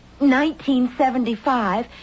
1975